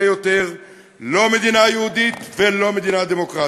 יותר לא מדינה יהודית ולא מדינה דמוקרטית.